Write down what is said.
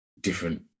different